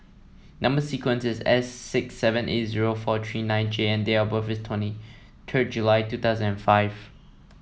number sequence is S six seven eight zero four three nine J and date of birth is twenty third July two thousand and five